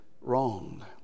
wrong